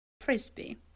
Frisbee